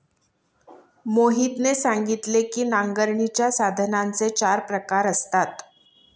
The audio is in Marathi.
मोहितने सांगितले की नांगरणीच्या साधनांचे चार प्रकार असतात